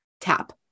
tap